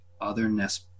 otherness